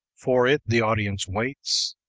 for it the audience waits,